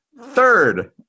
third